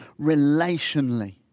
relationally